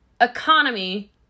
economy